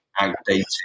outdated